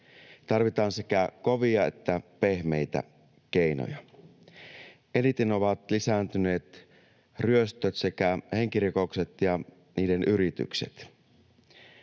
Tarvitaan sekä kovia että pehmeitä keinoja. Eniten ovat lisääntyneet ryöstöt sekä henkirikokset ja niiden yritykset.